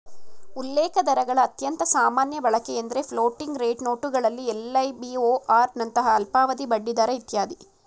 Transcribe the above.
ಉಲ್ಲೇಖದರಗಳ ಅತ್ಯಂತ ಸಾಮಾನ್ಯ ಬಳಕೆಎಂದ್ರೆ ಫ್ಲೋಟಿಂಗ್ ರೇಟ್ ನೋಟುಗಳಲ್ಲಿ ಎಲ್.ಐ.ಬಿ.ಓ.ಆರ್ ನಂತಹ ಅಲ್ಪಾವಧಿ ಬಡ್ಡಿದರ ಇತ್ಯಾದಿ